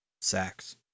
sacks